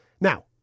Now